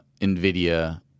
NVIDIA